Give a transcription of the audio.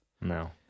No